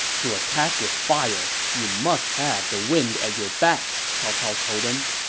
to attack with fire, you must have the wind at your back, cao cao told them.